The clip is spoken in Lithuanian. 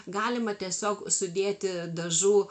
galima tiesiog sudėti dažų